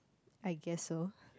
I guess so